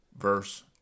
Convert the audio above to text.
verse